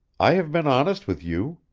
i have been honest with you.